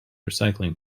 recycling